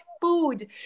food